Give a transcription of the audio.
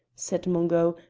said mungo,